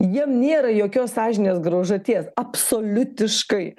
jiem nėra jokios sąžinės graužaties absoliutiškai